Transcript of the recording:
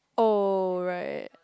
oh right